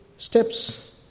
steps